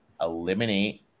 eliminate